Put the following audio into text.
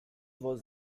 was